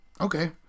Okay